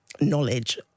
knowledge